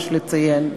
יש לציין,